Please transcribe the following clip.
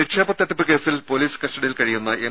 രുര നിക്ഷേപത്തട്ടിപ്പ് കേസിൽ പൊലീസ് കസ്റ്റഡിയിൽ കഴിയുന്ന എം